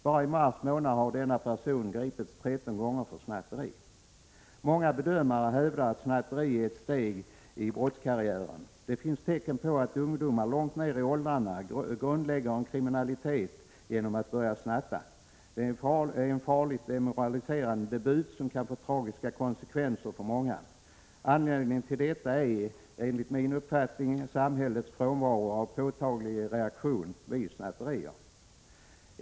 Bara i mars månad har denna person gripits 13 gånger för snatteri. Många bedömare hävdar att snatteri är ett steg i brottskarriären. Det finns tecken på att ungdomar långt ner i åldrarna grundlägger en kriminalitet genom att börja snatta. Det är en farligt demoraliserande debut som kan få tragiska konsekvenser för många. Anledningen till detta är, enligt min uppfattning, samhällets frånvaro av påtaglig reaktion vid snatterier.